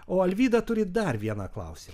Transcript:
o alvyda turi dar vieną klausimą